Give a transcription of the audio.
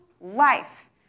life